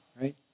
right